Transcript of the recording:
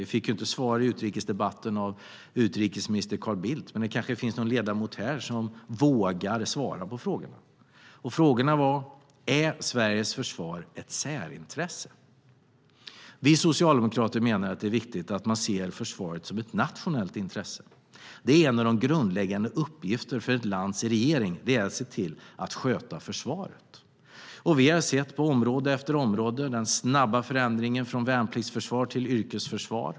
Vi fick inte svar i utrikesdebatten av utrikesminister Carl Bildt, men det kanske finns någon ledamot här som vågar svara på frågorna. Frågorna var bland annat om Sveriges försvar är ett särintresse. Vi socialdemokrater menar att det är viktigt att se försvaret som ett nationellt intresse. En av de grundläggande uppgifterna för ett lands regering är att se till att sköta försvaret. Vi har sett på område efter område den snabba förändringen från värnpliktsförsvar till yrkesförsvar.